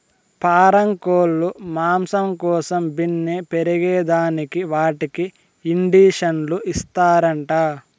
పారం కోల్లు మాంసం కోసం బిన్నే పెరగేదానికి వాటికి ఇండీసన్లు ఇస్తారంట